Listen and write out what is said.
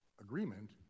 agreement